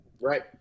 Right